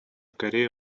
корея